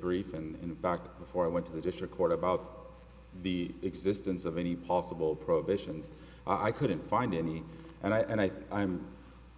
brief and back before i went to the district court about the existence of any possible prohibitions i couldn't find any and i think i'm